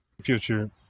future